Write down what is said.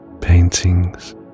Paintings